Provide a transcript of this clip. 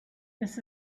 this